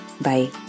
Bye